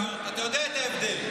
אתה יודע מה ההבדל.